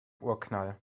urknall